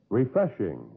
refreshing